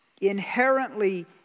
inherently